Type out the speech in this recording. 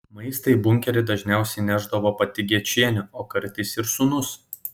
maistą į bunkerį dažniausiai nešdavo pati gečienė o kartais ir sūnus